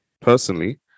personally